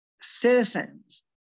citizens